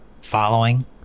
following